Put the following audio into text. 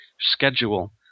schedule